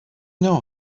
know